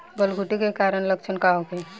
गलघोंटु के कारण लक्षण का होखे?